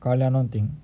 கல்யாணம்:kalyanam thing